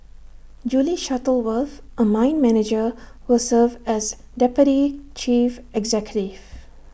Julie Shuttleworth A mine manager will serve as deputy chief executive